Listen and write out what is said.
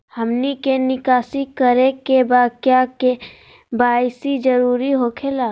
हमनी के निकासी करे के बा क्या के.वाई.सी जरूरी हो खेला?